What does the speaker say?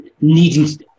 needing